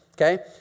okay